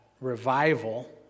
revival